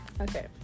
okay